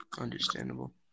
Understandable